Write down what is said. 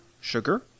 sugar